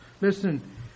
Listen